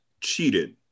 cheated